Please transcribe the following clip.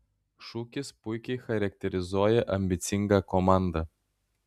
šūkis puikiai charakterizuoja ambicingą komandą